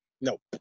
Nope